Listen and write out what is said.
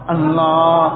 Allah